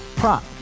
prop